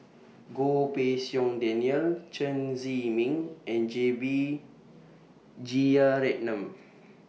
Goh Pei Siong Daniel Chen Zhiming and J B Jeyaretnam